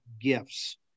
gifts